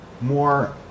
more